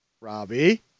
Robbie